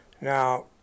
Now